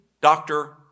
doctor